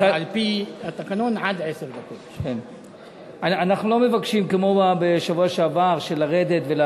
עניין השבוע שעבר היה